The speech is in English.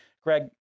Greg